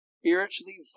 spiritually